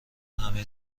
همه